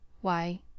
Why